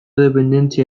dependentzia